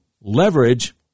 leverage